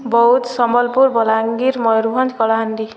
Boudh Sambalpur Balangir Mayurbhanj Kalahandi